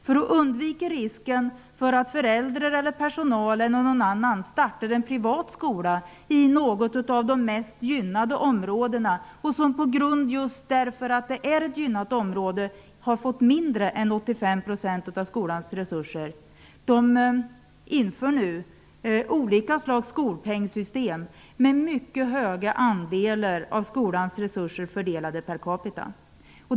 För att undvika risken att föräldrar, personal eller någon annan startar en privat skola i något av de mest gynnade områdena, som just på grund av att det är ett gynnat område har fått mindre än motsvarande 85 % av skolans resurser, inför man nu olika slags skolpengssystem med mycket höga andelar av skolans resurser fördelade per capita.